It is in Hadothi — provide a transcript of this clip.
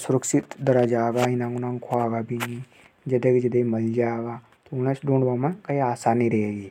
सुरक्षित रेगा। ढूंढबा में आसानी रेगी।